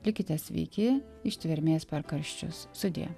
likite sveiki ištvermės per karščius sudie